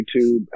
YouTube